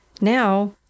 Now